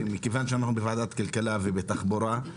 ומכיוון שאנחנו בוועדת הכלכלה והתחבורה,